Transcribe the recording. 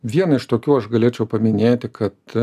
vieną iš tokių aš galėčiau paminėti kad